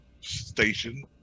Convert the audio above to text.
station